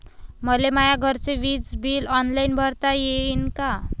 मले माया घरचे विज बिल ऑनलाईन भरता येईन का?